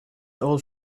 old